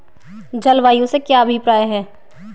जलवायु से क्या अभिप्राय है?